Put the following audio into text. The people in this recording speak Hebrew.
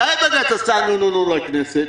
מתי בג"ץ עשה נו-נו-נו לכנסת?